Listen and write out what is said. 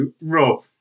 Rob